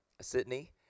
Sydney